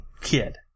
Kid